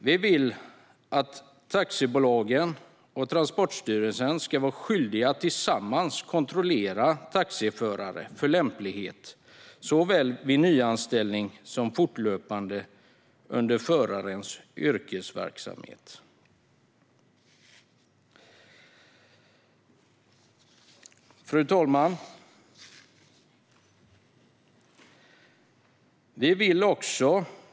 Vi vill att taxibolagen och Transportstyrelsen ska vara skyldiga att tillsammans kontrollera taxiförares lämplighet, såväl vid nyanställning som fortlöpande under förarens yrkesverksamhet. Fru talman!